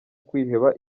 kwiheba